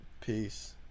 Peace